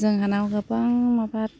जोंहानाव गोबां माबा